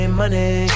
money